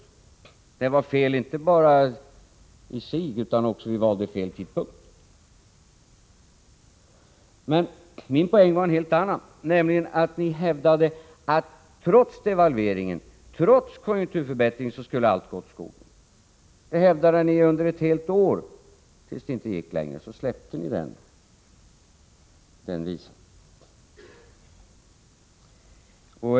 Devalveringen var fel inte bara i sig utan också beträffande tidpunkten. Men min poäng var en helt annan, nämligen att ni hävdade att allt skulle gå åt skogen, trots devalveringen och trots konjunkturförbättringen. Det hävdade ni ett helt år, tills det inte gick längre. Då släppte ni den visan.